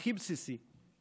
הכי בסיסי.